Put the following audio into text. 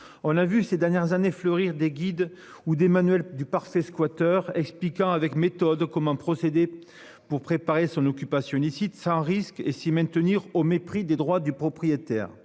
On a vu ces dernières années fleurir des guides ou des manuels du parfait squatters expliquant avec méthode comment procéder pour préparer son occupation illicite sans risque et s'y maintenir, au mépris des droits du propriétaire.